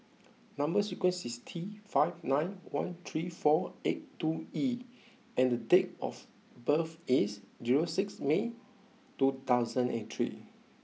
number sequence is T five nine one three four eight two E and date of birth is zero six May two thousand and three